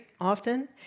often